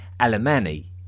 Alemanni